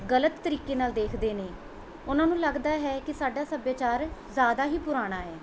ਗ਼ਲਤ ਤਰੀਕੇ ਨਾਲ਼ ਦੇਖਦੇ ਨੇ ਉਹਨਾਂ ਨੂੰ ਲੱਗਦਾ ਹੈ ਕਿ ਸਾਡਾ ਸੱਭਿਆਚਾਰ ਜ਼ਿਆਦਾ ਹੀ ਪੁਰਾਣਾ ਹੈ